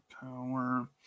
power